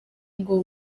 ngo